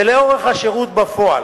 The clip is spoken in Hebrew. ולאורך השירות בפועל.